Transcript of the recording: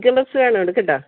chicken puffs വേണോ എടുക്കട്ടെ